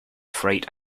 fright